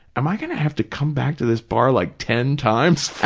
am i going to have to come back to this bar like ten times